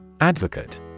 Advocate